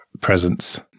presence